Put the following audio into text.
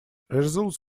results